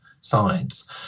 sides